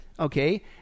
okay